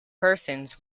persons